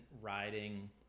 riding